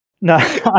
No